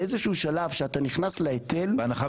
באיזשהו שלב שאתה נכנס להיטל --- בהנחה